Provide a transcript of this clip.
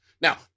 Now